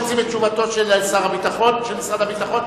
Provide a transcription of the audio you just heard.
שכל הסדר שנגיע אליו עם שכנינו,